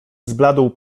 zbladł